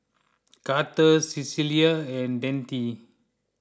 Karter Cecelia and Dante